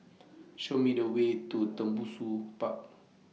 Show Me The Way to Tembusu Park